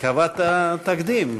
קבעת תקדים.